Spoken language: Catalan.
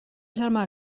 germà